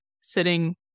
sitting